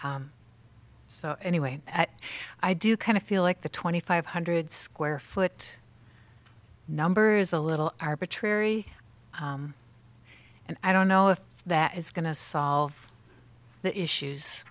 so anyway i do kind of feel like the twenty five hundred square foot numbers a little arbitrary and i don't know if that is going to solve the issues